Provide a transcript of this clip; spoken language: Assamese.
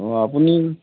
অঁ আপুনি